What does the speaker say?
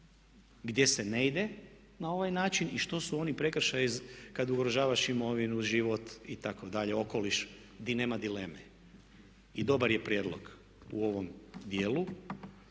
gdje se ne ide na ovaj način i što su oni prekršaji kad ugrožavaš imovinu, život itd. okoliš di nema dileme. I dobar je prijedlog u ovom dijelu